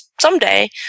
someday